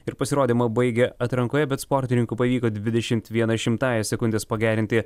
ir pasirodymą baigė atrankoje bet sportininkui pavyko dvidešimt viena šimtąja sekundės pagerinti